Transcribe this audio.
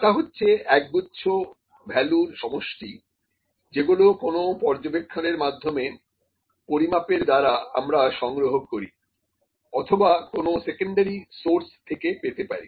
data হচ্ছে একগুচ্ছ ভ্যালুর সমষ্টি যেগুলি কোন পর্যবেক্ষণের মাধ্যমে পরিমাপের দ্বারা আমরা সংগ্রহ করি অথবা কোন সেকেন্ডারি সোর্স থেকে পেতে পারি